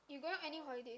you going any holiday